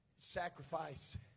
sacrifice